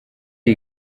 iyi